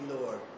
Lord